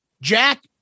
Jack